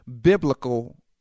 biblical